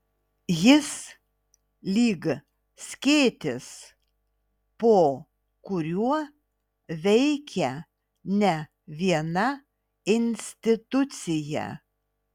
jis lyg skėtis po kuriuo veikia ne viena institucija